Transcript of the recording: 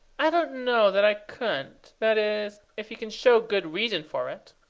i don't know that i couldn't. that is, if you can show good reason for it.